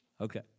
Okay